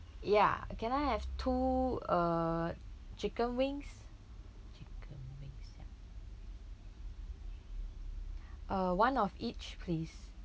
ya can I have two err chicken wings chicken wings yup uh one of each please